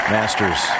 Masters